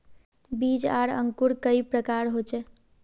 बीज आर अंकूर कई प्रकार होचे?